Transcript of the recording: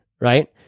right